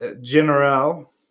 General